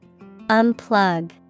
Unplug